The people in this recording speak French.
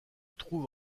trouve